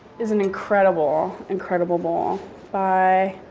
is an incredible, incredible bowl by